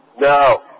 No